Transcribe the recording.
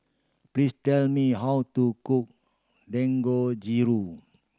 please tell me how to cook Dangojiru